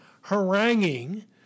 haranguing